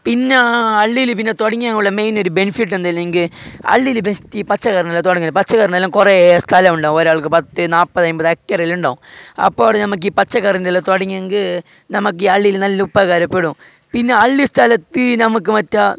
പിന്നാ അള്ളിയിൽ പിന്നെ തുടങ്ങിയാവൊള്ള മെയിനൊരു ബെനിഫിറ്റ് എന്തെല്ലങ്കിൽ അള്ളിയിൽ ബെസ്റ്റ് പച്ചക്കറികൾ തുടങ്ങൽ പച്ചക്കറീനെല്ലാം കുറേ സ്ഥലമുണ്ടാകും ഒരാള്ക്ക് പത്തു നാൽപ്പതൻപത് ഐക്കറിലുണ്ടാകും അപ്പോൾ അവിടെ നമുക്കീ പച്ചക്കറീന്റെയെല്ലാം തുടങ്ങിയെങ്കിൽ നമുക്ക് ഈ അള്ളിയിൽ നല്ല ഉപകാരപ്പെടും പിന്നെ അള്ളീ സ്ഥലത്ത് ഞമ്മക്ക് മറ്റേ